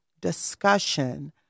discussion